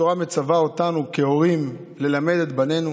התורה מצווה אותנו, כהורים, ללמד את בנינו,